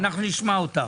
תודה, אנחנו נשמע אותך.